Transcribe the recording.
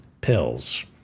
pills